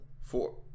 four